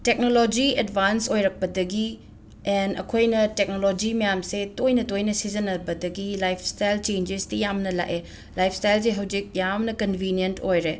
technology advance ꯑꯣꯏꯔꯛꯄꯗꯒꯤ ꯑꯦꯟ ꯑꯩꯈꯣꯏꯅ ꯇꯦꯛꯅꯣꯂꯣꯖꯤ ꯃꯌꯥꯝꯁꯦ ꯇꯣꯏꯅ ꯇꯣꯏꯅ ꯁꯤꯖꯩꯟꯅꯕꯗꯒꯤ ꯂꯥꯏꯞꯁ꯭ꯇꯥꯏꯜ ꯆꯦꯟꯖꯦꯁꯇꯤ ꯌꯥꯝꯅ ꯂꯥꯛꯑꯦ ꯂꯥꯏꯞꯁ꯭ꯇꯥꯏꯜꯁꯦ ꯍꯧꯖꯤꯛ ꯌꯥꯝꯅ ꯀꯟꯕꯤꯅꯤꯌꯦꯟꯠ ꯑꯣꯏꯔꯦ